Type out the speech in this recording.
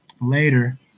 later